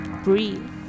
Breathe